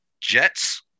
jets